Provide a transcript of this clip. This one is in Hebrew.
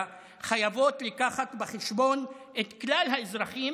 חייבות לקחת בחשבון את כלל האזרחים